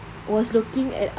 was looking at us